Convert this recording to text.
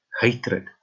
hatred